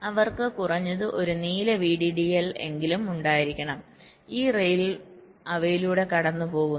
അവർക്ക് കുറഞ്ഞത് ഒരു നീല VDDL എങ്കിലും ഉണ്ടായിരിക്കണം ഈ റെയിൽ അവയിലൂടെ കടന്നുപോകുന്നു